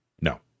No